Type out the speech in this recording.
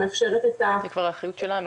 שמאפשרת את ה --- זה כבר אחריות שלנו.